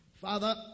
Father